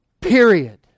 Period